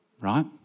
right